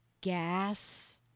gas